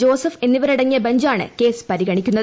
Joseph എന്നിവരടങ്ങിയ ബെഞ്ചാണ് case പരിഗണിക്കുന്നത്